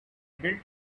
built